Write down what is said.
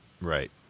Right